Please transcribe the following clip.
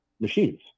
Machines